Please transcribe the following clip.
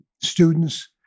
students